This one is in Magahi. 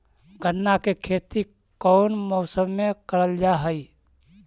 गन्ना के खेती कोउन मौसम मे करल जा हई?